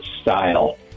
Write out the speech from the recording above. Style